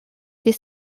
des